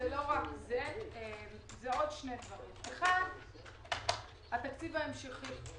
זה עוד שני דברים: אחת, התקציב ההמשכי.